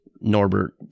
Norbert